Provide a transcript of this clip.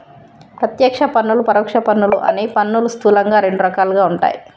ప్రత్యక్ష పన్నులు, పరోక్ష పన్నులు అని పన్నులు స్థూలంగా రెండు రకాలుగా ఉంటయ్